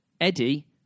Eddie